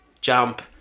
jump